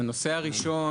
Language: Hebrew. הנושא הראשון